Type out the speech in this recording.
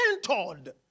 mentored